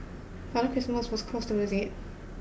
Father Christmas was close to losing it